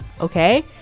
okay